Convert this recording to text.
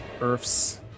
earth's